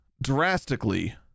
drastically